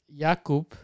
Jakub